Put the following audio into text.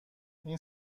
این